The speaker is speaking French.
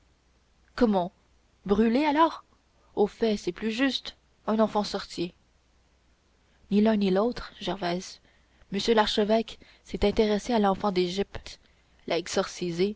comment brûlé alors au fait c'est plus juste un enfant sorcier ni l'un ni l'autre gervaise monsieur l'archevêque s'est intéressé à l'enfant d'égypte l'a exorcisé